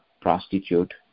prostitute